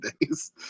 days